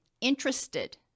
interested